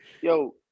yo